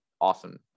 awesome